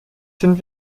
sind